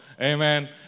Amen